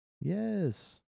Yes